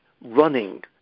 running